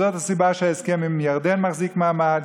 זאת הסיבה שההסכם עם ירדן מחזיק מעמד.